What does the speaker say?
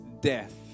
death